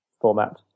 format